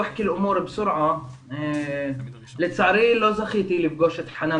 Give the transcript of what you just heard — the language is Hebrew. כי אסור לנו להמשיך אחרי 11:00. (אומר דברים בשפה הערבית